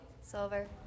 Silver